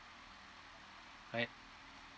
right